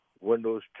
Windows